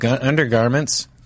undergarments